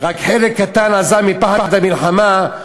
רק חלק קטן עזב מפחד המלחמה,